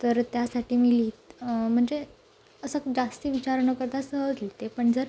तर त्यासाठी मी लिहीत म्हणजे असं जास्त विचार न करता सहज लिहिते पण जर